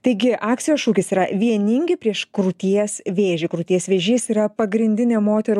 taigi akcijos šūkis yra vieningi prieš krūties vėžį krūties vėžys yra pagrindinė moterų